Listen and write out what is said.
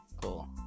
Cool